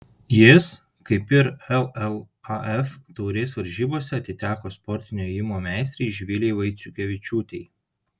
jis kaip ir llaf taurės varžybose atiteko sportinio ėjimo meistrei živilei vaiciukevičiūtei